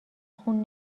خون